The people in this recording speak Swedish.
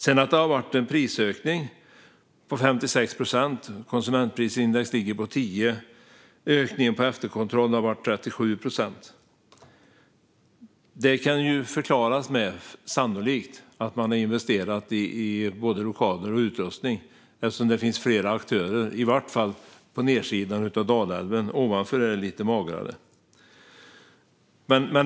Det har sedan varit en prisökning på 56 procent. Konsumentprisindex ligger på 10 procent. Ökningen av efterkontroller har varit 37 procent. Detta kan sannolikt förklaras med att man har investerat i både lokaler och utrustning. Det finns ju fler aktörer i varje fall på nedsidan av Dalälven. Ovanför Dalälven är det lite magrare.